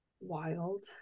Wild